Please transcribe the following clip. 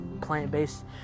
plant-based